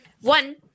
one